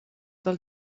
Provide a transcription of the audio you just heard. del